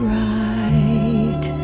right